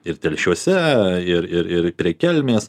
ir telšiuose ir ir ir prie kelmės